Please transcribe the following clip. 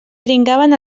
dringaven